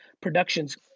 Productions